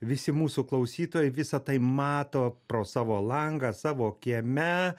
visi mūsų klausytojai visa tai mato pro savo langą savo kieme